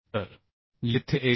तर येथे हे 133